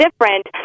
different